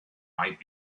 might